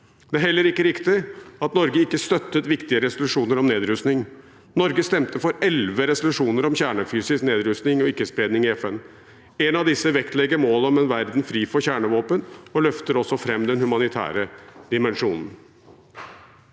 Det er heller ikke riktig at Norge ikke støttet viktige resolusjoner om nedrustning. Norge stemte for elleve resolusjoner om kjernefysisk nedrustning og ikke-spredning i FN. En av disse vektlegger målet om en verden fri for kjernevåpen, og løfter også fram den humanitære dimensjonen.